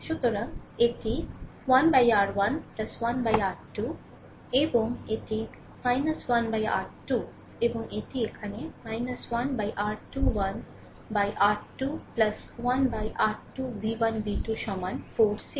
সুতরাং এটি 1 R1 1 R 2 এবং এটি 1 R2 এবং এটি এখানে 1 R21 R 2 1 R2 v 1 v 2 সমান 4 6